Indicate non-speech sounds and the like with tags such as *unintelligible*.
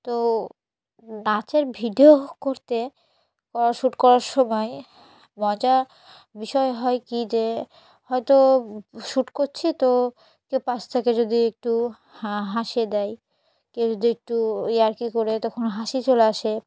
তো নাচের ভিডিও করতে করা শ্যুট করার সময় মজার বিষয় হয় কী যে হয়তো *unintelligible* শ্যুট করছি তো কেউ পাশ থেকে যদি একটু হাঁ হেসে দেয় কেউ যদি একটু ইয়ার্কি করে তখন হাসি চলে আসে